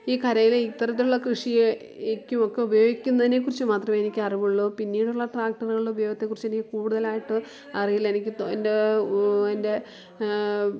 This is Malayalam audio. ഈ കരയിലെ ഇത്തരത്തിലുള്ള കൃഷിക്കും ഒക്കെ ഉപയോഗിക്കുന്നതിനെ കുറിച്ച് മാത്രമേ എനിക്ക് അറിവുള്ളൂ പിന്നീടുള്ള ട്രാക്ടറുകളുടെ ഉപയോഗത്തെക്കുറിച്ച് എനിക്ക് കൂടുതലായിട്ട് അറിയില്ല എനിക്ക് എൻ്റെ എൻ്റെ